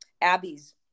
Abby's